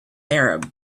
arab